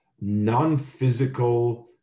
non-physical